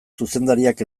zuzendariak